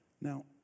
Now